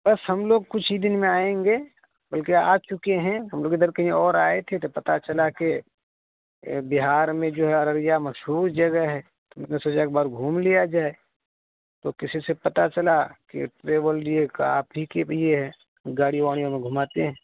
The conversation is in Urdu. بس ہم لوگ کچھ ہی دن میں آئیں گے بلکہ آ چکے ہیں ہم لوگ ادھر کہیں اور آئے تھے تو پتہ چلا کہ بہار میں جو ہے ارریا مشہور جگہ ہے نے سجا ابار گھوم لیا جائے تو کسی سے پتہ چلا کہ ٹریول لیے کا آپ ہی کے یہ ہے گاڑیوں واڑوں میں گھماتے ہیں